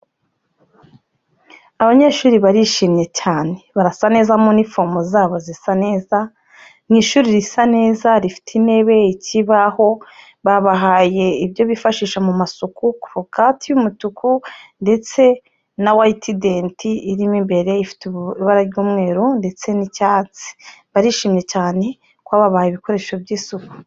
Abanyeshuri barishimye cyane. Barasa neza muri nifomo zabo zisa neza, mu ishuri risa neza, rifite intebe, ikibaho, babahaye ibyo bifashisha mu masuku, korogati y'umutuku ndetse na wayitidenti irimo imbere, ifite ibara ry'umweru ndetse n'icyatsi. Barishimye cyane ko babahaye ibikoresho by'isuku.